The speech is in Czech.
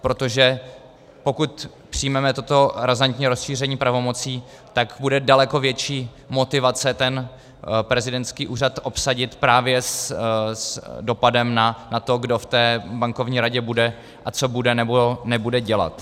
Protože pokud přijmeme toto razantní rozšíření pravomocí, tak bude daleko větší motivace ten prezidentský úřad obsadit právě s dopadem na to, kdo v té Bankovní radě bude a co bude nebo nebude dělat.